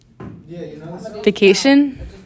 Vacation